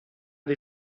dei